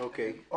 יש